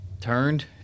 turned